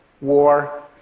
war